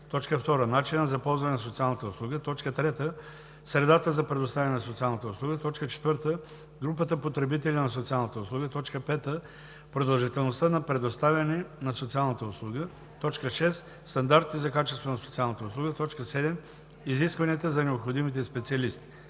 15; 2. начина на ползване на социалната услуга; 3. средата за предоставяне на социалната услуга; 4. групата потребители на социалната услуга; 5. продължителността на предоставяне на социалната услуга; 6. стандартите за качество на социалната услуга; 7. изискванията за необходимите специалисти.